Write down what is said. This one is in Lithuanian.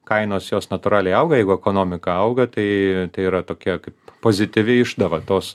kainos jos natūraliai auga jeigu ekonomika auga tai tai yra tokia kaip pozityvi išdava tos